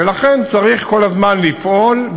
ולכן צריך כל הזמן לפעול.